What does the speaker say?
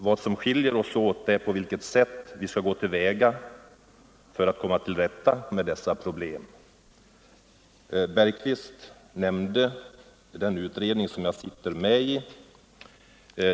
Vad som skiljer oss åt är det sätt på vilket vi vill gå till väga. Herr Bergqvist nämnde den utredning som jag sitter med i.